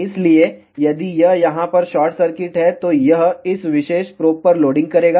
इसलिए यदि यह यहां पर शॉर्ट सर्किट है तो यह इस विशेष प्रोब पर लोडिंग करेगा